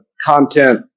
content